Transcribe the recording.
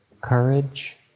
courage